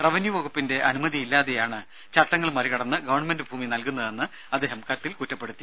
revenue വകുപ്പിന്റെ അനുമതിയില്ലാതെയാണ് ചട്ടങ്ങൾ മറികടന്ന് ഗവൺമെന്റ് ഭൂമി നൽകുന്നതെന്ന് അദ്ദേഹം കത്തിൽ കുറ്റപ്പെടുത്തി